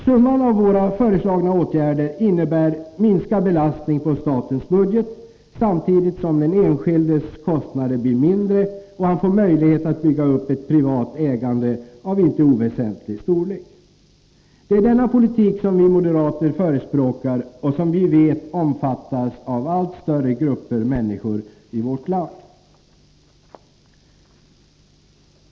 Summan av våra föreslagna åtgärder innebär minskad belastning på statens budget samtidigt som den enskildes kostnader blir mindre och han får möjlighet att bygga upp ett privat ägande av inte oväsentlig storlek. Det är denna politik som vi moderater förespråkar och som vi vet omfattas av allt större grupper människor i vårt land.